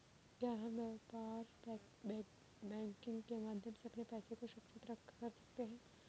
क्या हम व्यापार बैंकिंग के माध्यम से अपने पैसे को सुरक्षित कर सकते हैं?